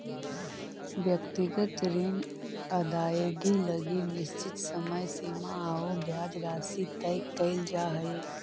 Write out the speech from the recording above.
व्यक्तिगत ऋण अदाएगी लगी निश्चित समय सीमा आउ ब्याज राशि तय कैल जा हइ